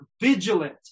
vigilant